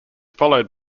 followed